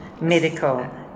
medical